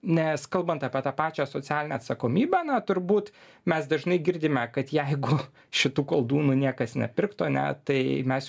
nes kalbant apie tą pačią socialinę atsakomybę na turbūt mes dažnai girdime kad jeigu šitų koldūnų niekas nepirktų ane tai mes